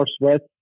northwest